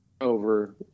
over